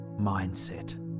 mindset